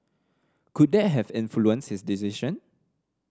could that have influenced his decision